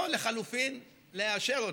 או לחלופין לאשר אותה?